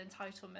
entitlement